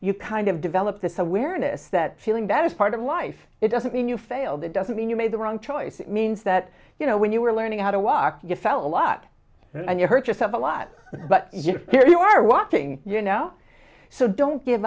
you kind of develop this awareness that feeling that is part of life it doesn't mean you failed it doesn't mean you made the wrong choice it means that you know when you were learning how to walk you fell a lot and you hurt yourself a lot but here you are wanting you know so don't give